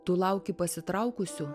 tu lauki pasitraukusių